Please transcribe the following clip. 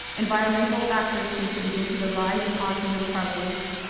environmental factors contributing to the rise in autism prevalence,